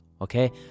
okay